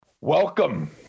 Welcome